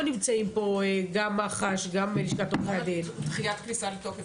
לא לעשות את זה עם דחיית הכניסה לתוקף?